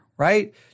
Right